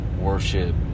worship